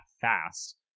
fast